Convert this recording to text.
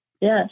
yes